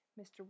Mr